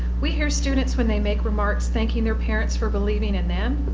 we hear students when they make remarks thanking their parents for believing in them.